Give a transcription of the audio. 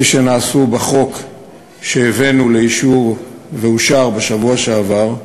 שנעשו בחוק שהבאנו לאישור ואושר בשבוע שעבר,